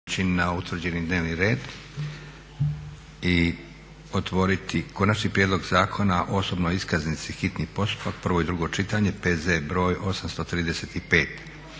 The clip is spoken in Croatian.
na utvrđeni dnevni red i otvoriti: - Konačni prijedlog Zakona o osobnoj iskaznici, hitni postupak, prvo i drugo čitanje, P.Z.BR.835.